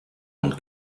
und